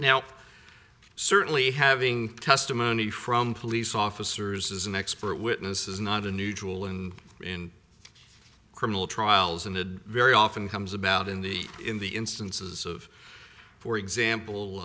now certainly having testimony from police officers as an expert witness is not unusual in in criminal trials and very often comes about in the in the instances of for example